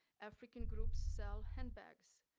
african groups sell handbags,